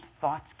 thoughts